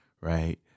right